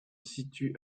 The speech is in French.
situe